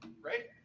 right